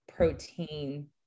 protein